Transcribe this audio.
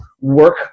work